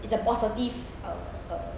it's a positive uh uh